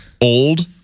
old